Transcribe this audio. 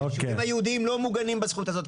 והישובים היהודיים לא מוגנים בזכות הזאת.